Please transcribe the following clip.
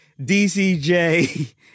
DCJ